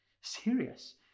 serious